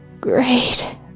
great